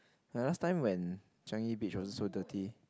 like last time when Changi-Beach was so dirty